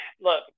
look